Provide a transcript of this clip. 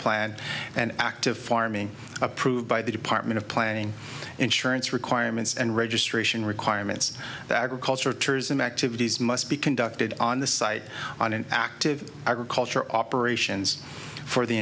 plant and active farming approved by the department of planning insurance requirements and registration requirements that agriculture tourism activities must be conducted on the site on an active agriculture operations for the